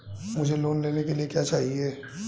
मुझे लोन लेने के लिए क्या चाहिए?